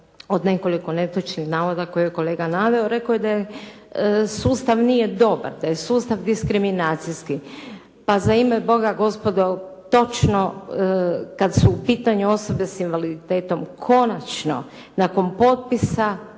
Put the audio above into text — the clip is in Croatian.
od nekoliko netočnih navoda koje je kolega naveo. Rekao je da sustav nije dobar, da je sustav diskriminacijski. Pa za ime Boga, gospodo, točno kad su u pitanju osobe s invaliditetom konačno nakon potpisa